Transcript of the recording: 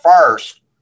first